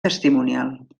testimonial